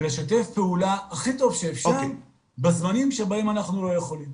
ולשתף פעולה הכי טוב שאפשר בזמנים שבהם אנחנו לא יכולים.